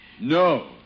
No